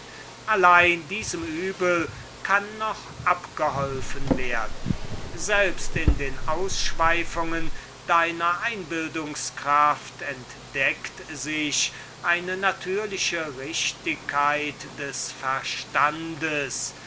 allein diesem übel kann noch geholfen werden selbst in den ausschweifungen deiner einbildungskraft entdeckt sich eine natürliche richtigkeit des verstandes